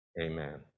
Amen